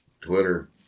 Twitter